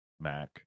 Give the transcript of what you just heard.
Mac